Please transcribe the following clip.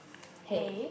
hay